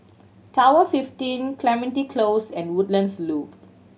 Tower Fifteen Clementi Close and Woodlands Loop